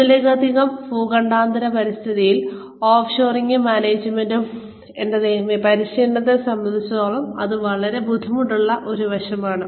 ഒന്നിലധികം ഭൂഖണ്ഡാന്തര പരിതസ്ഥിതിയിൽ ഓഫ് ഷോറിംഗും മാനേജ്മെന്റും എന്റെ ദൈവമേ പരിശീലനത്തെ സംബന്ധിച്ചിടത്തോളം ഇത് വളരെ ബുദ്ധിമുട്ടുള്ള ഒരു വശമാണ്